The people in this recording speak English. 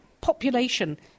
Population